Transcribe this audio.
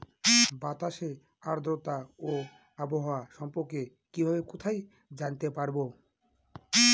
বাতাসের আর্দ্রতা ও আবহাওয়া সম্পর্কে কিভাবে কোথায় জানতে পারবো?